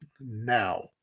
now